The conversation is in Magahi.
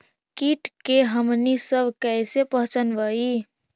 किट के हमनी सब कईसे पहचनबई?